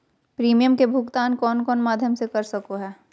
Premium के भुक्तान कौन कौन माध्यम से कर सको है?